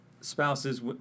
spouses